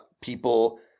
people